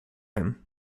him